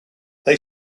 they